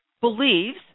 believes